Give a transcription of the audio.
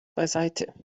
beiseite